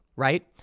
right